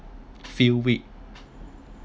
feel weak